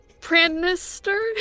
Pranister